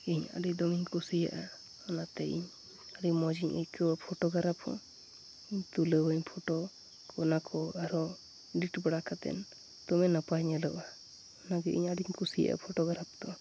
ᱤᱧ ᱟᱹᱰᱤ ᱫᱚᱢᱮᱧ ᱠᱩᱥᱤᱭᱟᱜᱼᱟ ᱚᱱᱟᱛᱮ ᱤᱧ ᱟᱹᱰᱤ ᱢᱤᱡᱽ ᱤᱧ ᱟᱹᱭᱠᱟᱹᱣᱟ ᱯᱷᱳᱴᱳᱜᱨᱟᱯᱷ ᱦᱚᱸ ᱛᱩᱞᱟᱹᱣᱟᱹᱧ ᱯᱷᱳᱴᱳ ᱠᱚ ᱚᱱᱟᱠᱚ ᱟᱨᱦᱚᱸ ᱮᱹᱰᱤᱴᱵᱟᱲᱟ ᱠᱟᱛᱮᱱ ᱫᱚᱢᱮ ᱱᱟᱯᱟᱭ ᱧᱮᱞᱚᱜᱼᱟ ᱚᱱᱟᱜᱮ ᱤᱧ ᱟᱹᱰᱤᱧ ᱠᱩᱥᱤᱭᱟᱜᱼᱟ ᱯᱷᱳᱴᱳᱜᱨᱟᱯᱷ ᱫᱚ